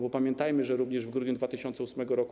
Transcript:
Bo pamiętajmy, że również w grudniu 2008 r.